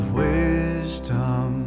wisdom